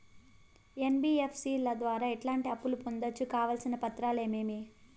NBFC ల ద్వారా ఎట్లాంటి అప్పులు పొందొచ్చు? కావాల్సిన పత్రాలు ఏమేమి?